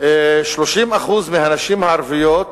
30% מהנשים הערביות